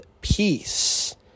peace